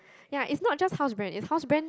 ya is not just hose brand is house brand